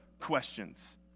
questions